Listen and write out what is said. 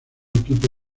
equipo